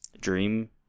Dream